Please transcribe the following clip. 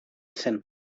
zen